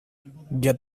get